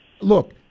look